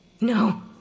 No